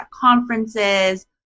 conferences